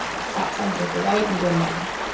stop sign, take a right and you go to my house.